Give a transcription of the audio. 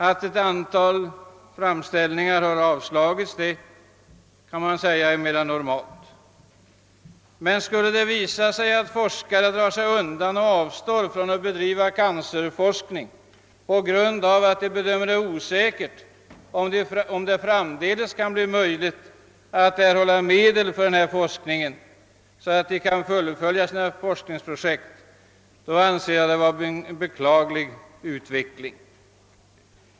Att ett antal framställningar har avslagits är mera normalt, men skulle det visa sig att forskare drar sig undan och avstår från att bedriva cancerforskning på grund av att de bedömer det som osäkert huruvida det framdeles kan bli möjligt att erhålla medel så att de kan fullfölja sina forskningsprojekt, anser jag det vara en beklaglig utveckling.